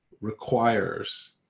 requires